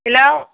hello